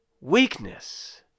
weakness